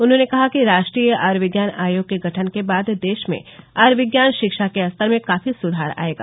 उन्होंने कहा कि राष्ट्रीय आयुर्विज्ञान आयोग के गठन के बाद देश में आयुर्विज्ञान शिक्षा के स्तर में काफी सुधार आएगा